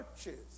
churches